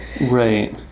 Right